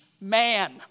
man